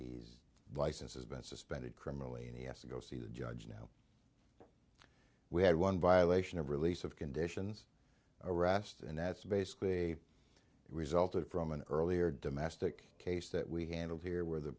he's licensed has been suspended criminally and he has to go see the judge now we had one violation of release of conditions arrest and that's basically it resulted from an earlier domestic case that we handled here where the